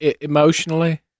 Emotionally